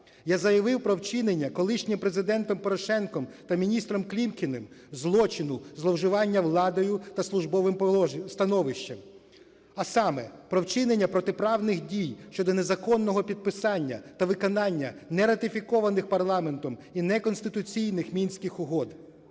Я заявив про вчинення колишнім Президентом Порошенком та міністром Клімкіним злочину зловживання владою та службовим положенням… становищем. А саме: про вчинення протиправних дій щодо незаконного підписання та виконання не ратифікованих парламентом і неконституційних Мінських угод,